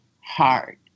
hard